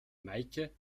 meike